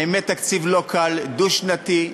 באמת תקציב לא קל: דו-שנתי,